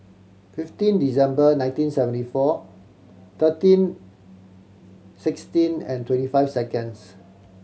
fifteen December nineteen seventy four thirteen sixteen and twenty five seconds